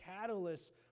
catalyst